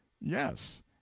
Yes